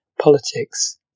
Politics